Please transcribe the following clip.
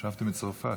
חשבתי מצרפת.